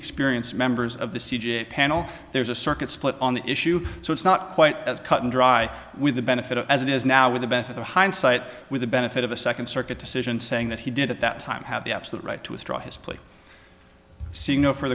experienced members of the c g a panel there's a circuit split on the issue so it's not quite as cut and dry with the benefit as it is now with the benefit of hindsight with the benefit of a second circuit decision saying that he did at that time have the absolute right to withdraw his plea so you know for